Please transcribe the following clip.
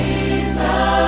Jesus